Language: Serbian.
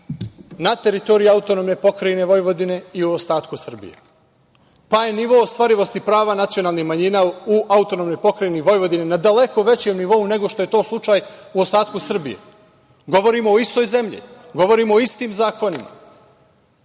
na teritoriji AP Vojvodine i u ostatku Srbije, pa je nivo ostvarivosti prava nacionalnih manjina u AP Vojvodine na daleko većem nivou nego što je to slučaj u ostatku Srbije. Govorimo o istoj zemlji, govorimo o istim zakonima